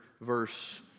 verse